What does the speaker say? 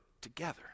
together